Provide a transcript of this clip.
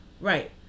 Right